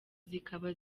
zikaba